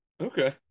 Okay